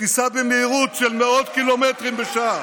שתיסע במהירות של מאות קילומטרים בשעה,